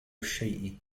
الشيء